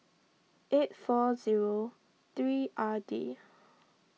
eight four zero three R D